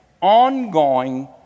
ongoing